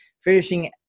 finishing